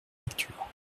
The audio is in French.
lecture